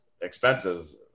expenses